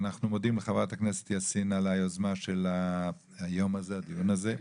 אנחנו מודים לחברת הכנסת יאסין על היוזמה של היום הזה והדיון הזה.